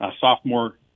sophomore